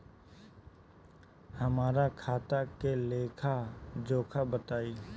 हमरा खाता के लेखा जोखा बताई?